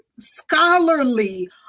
Scholarly